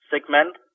segment